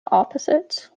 opposites